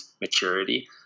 maturity